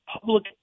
public